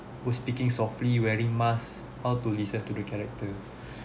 were speaking softly wearing mask how to listen to the character